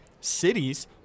cities